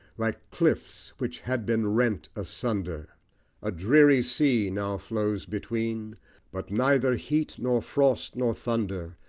like cliffs which had been rent asunder a dreary sea now flows between but neither heat, nor frost, nor thunder,